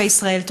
המצב.